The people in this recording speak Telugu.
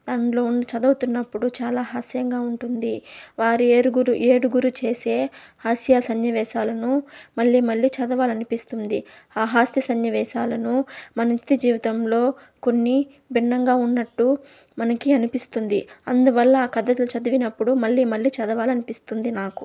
దానిలో ఉన్ చదువుతున్నప్పుడు చాలా హాస్యంగా ఉంటుంది వారి ఏరుగురు ఏడుగురు చేసే హాస్య సన్నివేశాలను మళ్ళీ మళ్ళీ చదవాలనిపిస్తుంది ఆ హాస్య సన్నివేశాలను మన నిత్య జీవితంలో కొన్ని భిన్నంగా ఉన్నట్టు మనకి అనిపిస్తుంది అందువల్ల ఆ కదలు చదివినప్పుడు మళ్ళీ మళ్ళీ చదవాలనిపిస్తుంది నాకు